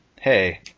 hey